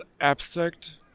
abstract